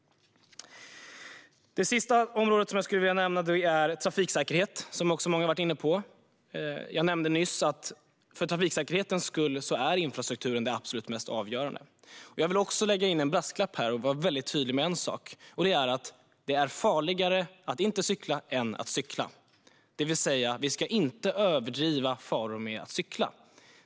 Det sista området som jag vill nämna är trafiksäkerhet, som många har varit inne på. Jag nämnde nyss att för trafiksäkerhetens skull är infrastrukturen det absolut mest avgörande. Jag vill lägga in en brasklapp här och vara väldigt tydlig med en sak: Det är farligare att inte cykla än att cykla. Vi ska inte överdriva farorna med att cykla.